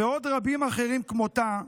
ועוד רבים אחרים כמותה,